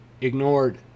ignored